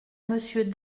monsieur